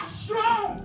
strong